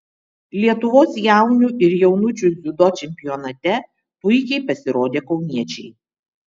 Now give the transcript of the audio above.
lietuvos jaunių ir jaunučių dziudo čempionate puikiai pasirodė kauniečiai